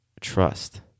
trust